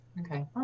Okay